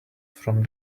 from